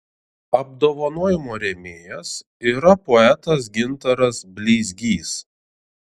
apdovanojimo rėmėjas yra poetas gintaras bleizgys